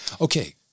Okay